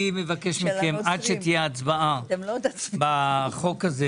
אני מבקש מכם: עד שתהיה הצבעה בחוק הזה